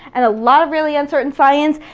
and a lot of really uncertain science,